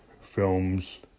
films